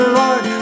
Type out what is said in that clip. Lord